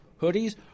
hoodies